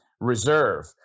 reserve